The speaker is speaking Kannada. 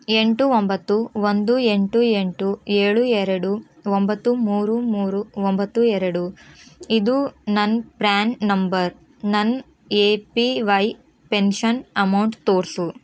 ಎಂಟು ಒಂಬತ್ತು ಒಂದು ಎಂಟು ಎಂಟು ಏಳು ಎರಡು ಒಂಬತ್ತು ಮೂರು ಮೂರು ಒಂಬತ್ತು ಎರಡು ಇದು ನನ್ನ ಪ್ರಾನ್ ನಂಬರ್ ನನ್ನ A P Y pension amount ತೋರಿಸು